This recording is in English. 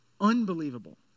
unbelievable